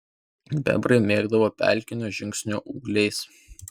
bebrai mėgavosi pelkinio žinginio ūgliais